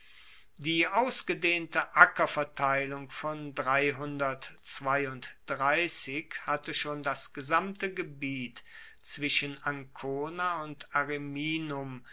die ausgedehnte ackerverteilung von hatte schon das gesamte gebiet zwischen ancona und ariminum